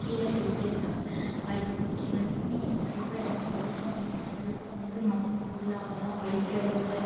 கீழே போய்கிட்டே இருக்காங்க படிக்க எல்லாேருமே படிப்பை படிப்பை வந் படிப்பை வந்து மதிக்கிறதில்லை அவ்வளோவாக படிக்கிறதில்லை